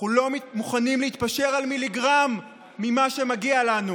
אנחנו לא מוכנים להתפשר על מיליגרם ממה שמגיע לנו,